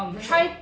分手